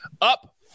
up